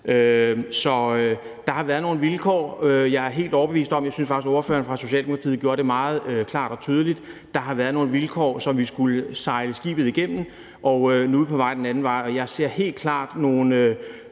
Så der har været nogle vilkår. Jeg er helt overbevist om – og jeg synes også, ordføreren fra Socialdemokratiet gjorde det meget klart og tydeligt – at der har været nogle vilkår, som vi skulle sejle skibet igennem, og at nu er vi på vej den anden vej, og jeg ser helt klart nogle